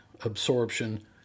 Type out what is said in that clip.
absorption